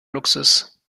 luxus